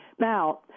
Now